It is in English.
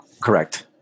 Correct